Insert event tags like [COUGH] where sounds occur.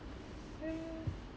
[NOISE]